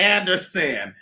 Anderson